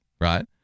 right